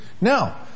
Now